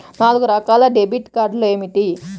నాలుగు రకాల డెబిట్ కార్డులు ఏమిటి?